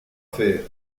faire